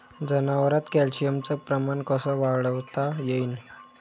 जनावरात कॅल्शियमचं प्रमान कस वाढवता येईन?